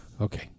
Okay